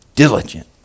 Diligent